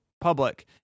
public